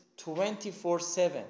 24-7